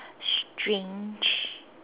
strange